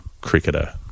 cricketer